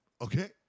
okay